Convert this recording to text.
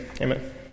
Amen